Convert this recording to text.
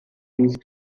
these